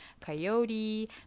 coyote